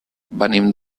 venim